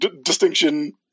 distinction